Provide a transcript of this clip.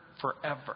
forever